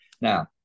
Now